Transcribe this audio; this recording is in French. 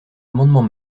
amendement